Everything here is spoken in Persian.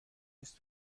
نیست